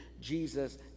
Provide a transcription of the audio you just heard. Jesus